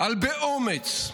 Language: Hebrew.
על באומץ.